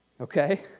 okay